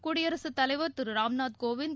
குடியரசுத் தலைவர் திரு ராம்நாத் கோவிந்த்